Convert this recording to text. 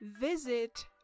visit